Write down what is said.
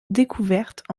découvertes